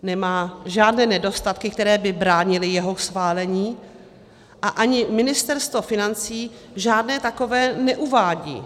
Nemá žádné nedostatky, které by bránily jeho schválení, a ani Ministerstvo financí žádné takové neuvádí.